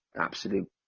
absolute